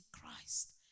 Christ